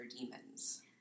Demons